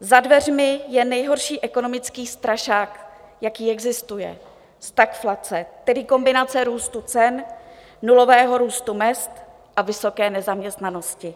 Za dveřmi je nejhorší ekonomický strašák, jaký existuje, stagflace, tedy kombinace růstu cen, nulového růstu mezd a vysoké nezaměstnanosti.